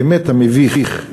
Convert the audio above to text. באמת המביך,